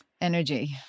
energy